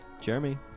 Jeremy